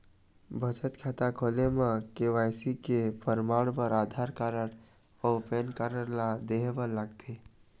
बचत खाता खोले म के.वाइ.सी के परमाण बर आधार कार्ड अउ पैन कार्ड ला देहे बर लागथे